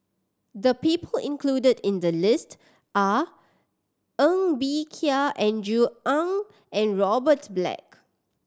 the people included in the list are Ng Bee Kia Andrew Ang and Robert Black